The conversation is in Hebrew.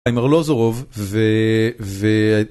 הם ארלוזרוב, ו...